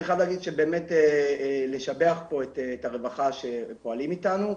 ואני חייב לשבח פה את הרווחה שפועלים איתנו,